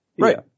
Right